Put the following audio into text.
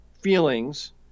feelings